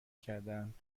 کردهاند